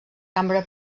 cambra